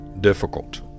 difficult